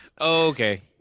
Okay